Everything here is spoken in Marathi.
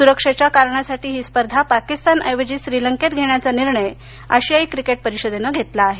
सुरक्षेच्या कारणासाठी ही स्पर्धा पाकिस्तानऐवजी श्रीलंकेत घेण्याचा निर्णय आशियाई क्रिकेट परिषदेनं घेतला आहे